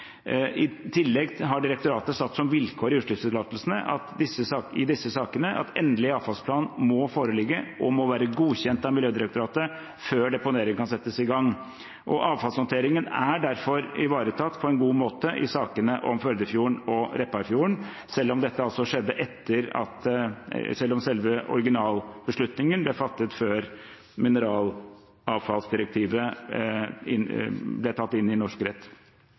i en avfallsplan. I tillegg har direktoratet satt som vilkår i utslippstillatelsene i disse sakene at endelig avfallsplan må foreligge og må være godkjent av Miljødirektoratet før deponering kan settes i gang. Avfallshåndteringen er derfor ivaretatt på en god måte i sakene om Førdefjorden og Repparfjorden, selv om selve originalbeslutningen ble fattet før mineralavfallsdirektivet ble tatt inn i norsk rett.